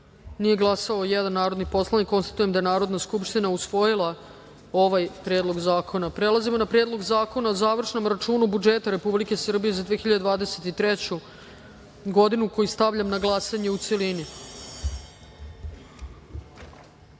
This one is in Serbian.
nije glasao jedan narodni poslanik. Konstatujem da je Narodna skupština usvojila ovaj Predlog zakona. Prelazimo na Predlog zakona o završnom računu budžeta Republike Srbije za 2023. godinu. Stavljam na glasanje Predlog